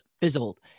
fizzled